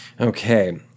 Okay